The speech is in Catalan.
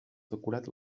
decorat